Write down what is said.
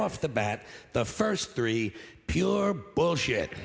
off the bat the first three pure bullshit